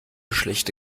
schlechte